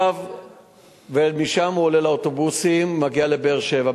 ומשם הוא עולה לאוטובוסים, מגיע לבאר-שבע.